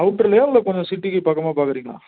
அவுட்டர்லேயா இல்லை கொஞ்சம் சிட்டிக்கு பக்கமாக பார்க்கறீங்களா